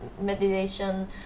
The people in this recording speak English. meditation